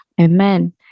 amen